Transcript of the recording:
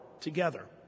together